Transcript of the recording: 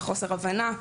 בחוסר הבנה,